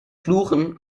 fluchen